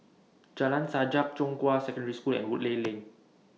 Jalan Sajak Zhonghua Secondary School and Woodleigh Lane